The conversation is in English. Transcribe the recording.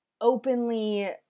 openly